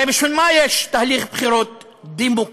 הרי בשביל מה יש תהליך בחירות דמוקרטי?